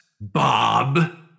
Bob